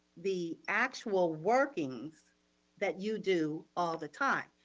the actual workings that you do all the time.